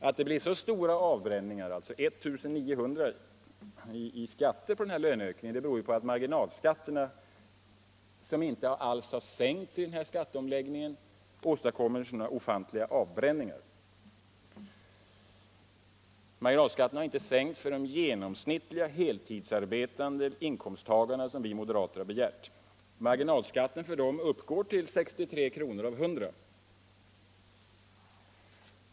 Att det blir så stora avbränningar — 1 900 i skatter på den här löneökningen — beror på att marginalskatterna, som inte alls har sänkts i denna skatteomläggning, åstadkommer sådana ofantliga avbränningar. Marginalskatten har inte sänkts för den genomsnittlige heltidsarbetande inkomsttagaren, som vi moderater hade begärt. Marginalskatten för dem uppgår till 63 kr. av 100.